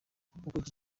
ukurikije